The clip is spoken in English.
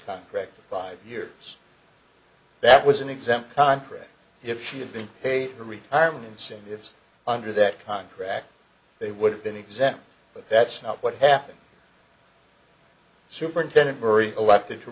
contracts five years that was an exempt contract if she had been paid for retirement incentives under that contract they would have been exempt but that's not what happened superintendent murray elected to